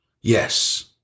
Yes